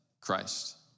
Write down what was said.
Christ